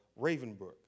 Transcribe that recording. Ravenbrook